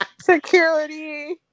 Security